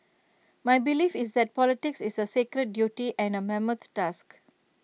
my belief is that politics is A sacred duty and A mammoth task